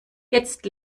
jetzt